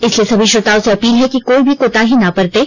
इसलिए सभी श्रोताओं से अपील है कि कोई भी कोताही ना बरतें